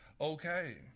okay